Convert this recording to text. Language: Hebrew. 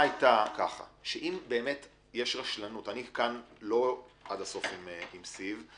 אני כאן לא עד הסוף עם סיב,